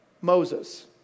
Moses